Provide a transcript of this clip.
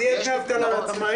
אז יהיו דמי אבטלה לעצמאים?